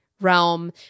realm